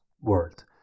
world